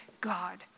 God